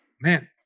man